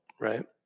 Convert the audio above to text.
right